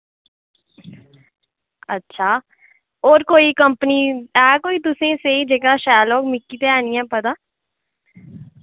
अच्छा होर कोई कंपनी है कोई तुसें सेही जेह्का शैल होऐ मिकी ते है निं ऐ पता